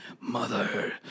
Mother